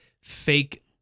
fake